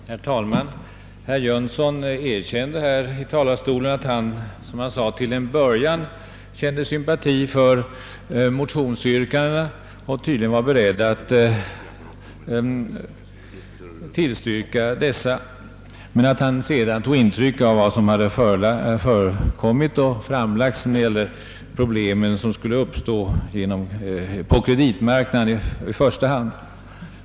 Herr talman! Herr Jönsson i Malmö erkände att han till en början hyst sympati för motionsyrkandena — och han hade tydligen varit beredd att tillstyrka dessa — men att han sedan tagit intryck av vad som sagts om de problem som skulle uppstå främst på kreditmarknaden.